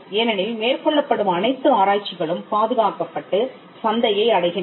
ஏனெனில் மேற்கொள்ளப்படும் அனைத்து ஆராய்ச்சிகளும் பாதுகாக்கப்பட்டு சந்தையை அடைகின்றன